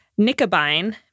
nicobine